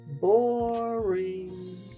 Boring